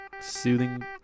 soothing